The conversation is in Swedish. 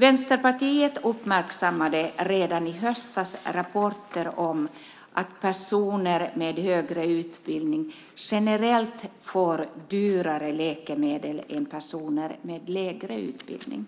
Vänsterpartiet uppmärksammade redan i höstas rapporter om att personer med högre utbildning generellt får dyrare läkemedel än personer med lägre utbildning.